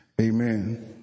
Amen